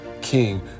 King